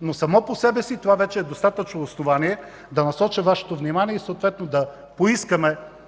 но само по себе си това вече е достатъчно основание да насоча Вашето внимание и да поискаме